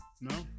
No